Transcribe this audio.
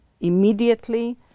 immediately